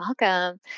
welcome